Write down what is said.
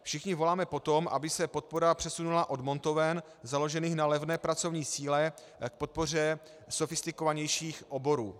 Všichni voláme po tom, aby se podpora přesunula od montoven založených na levné pracovní síle k podpoře sofistikovanějších oborů.